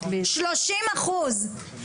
שלושים אחוז.